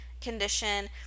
condition